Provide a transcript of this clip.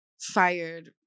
fired